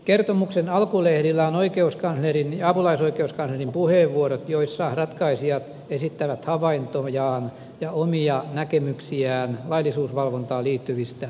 kertomuksen alkulehdillä on oikeuskanslerin ja apulaisoikeuskanslerin puheenvuorot joissa ratkaisijat esittävät havaintojaan ja omia näkemyksiään laillisuusvalvontaan liittyvistä kysymyksistä